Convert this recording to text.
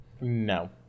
No